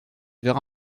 verra